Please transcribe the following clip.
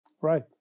Right